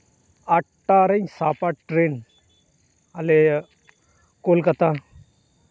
ᱟᱴᱴᱟ ᱨᱤᱧ ᱥᱟᱵᱼᱟ ᱴᱨᱮᱱ ᱟᱞᱮ ᱠᱳᱞᱠᱟᱛᱟ